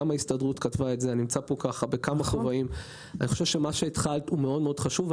אני חושב שמה שהתחלת הוא דבר מאוד חשוב,